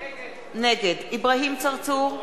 נגד אברהים צרצור,